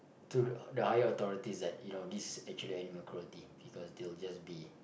to the higher authorities that you know this actually animal cruelty because they'll just be